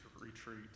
retreat